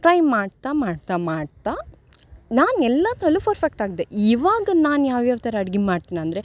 try ಮಾಡ್ತಾ ಮಾಡ್ತಾ ಮಾಡ್ತಾ ನಾನು ಎಲ್ಲದರಲ್ಲೂ ಫರ್ಫೆಕ್ಟಾಗ್ದೆ ಇವಾಗ ನಾನು ಯಾವ್ಯಾವ ಥರ ಅಡಿಗೆ ಮಾಡ್ತೀನಿ ಅಂದರೆ